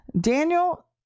Daniel